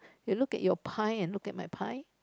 you look at your pie and look at my pie